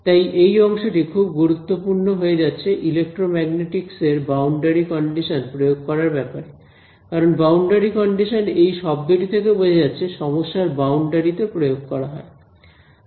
তাই এই অংশটি খুব গুরুত্বপূর্ণ হয়ে যাচ্ছে ইলেক্ট্রোম্যাগনেটিকস এর বাউন্ডারি কন্ডিশন প্রয়োগ করার ব্যাপারে কারণ বাউন্ডারি কন্ডিশনস এই শব্দটি থেকে বোঝা যাচ্ছে সমস্যার বাউন্ডারি তে প্রয়োগ করা হয়